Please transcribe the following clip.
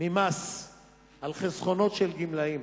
ממס על חסכונות של גמלאים